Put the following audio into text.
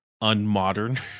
unmodern